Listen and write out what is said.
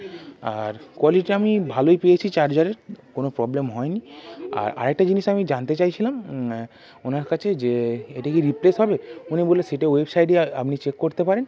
আর quality আমি ভালোই পেয়েছি চার্জারের কোনো প্রবলেম হয় নি আর আরেকটা জিনিস আমি জানতে চাইছিলাম ওঁর কাছে যে এটা কি রিপ্লেস হবে উনি বললেন সেটা ওয়েবসাইটে আপনি চেক করতে পারেন